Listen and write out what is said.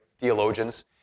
theologians